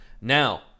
Now